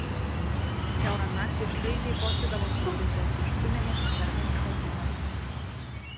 kiaurą naktį šaižiai kosėdavo suvirintojas iš tiumenės sergantis astma